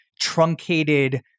truncated